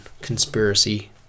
conspiracy